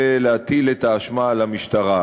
להטיל את האשמה על המשטרה.